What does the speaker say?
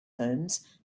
homes